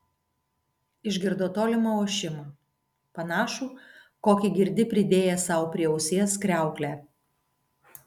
išgirdo tolimą ošimą panašų kokį girdi pridėjęs sau prie ausies kriauklę